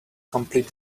complete